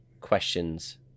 questions